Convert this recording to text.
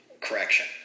Correction